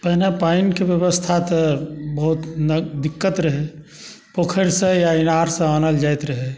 पहिने पानिके बेबस्था तऽ बहुत दिक्कत रहै पोखरिसँ या इनारसँ आनल जाइत रहै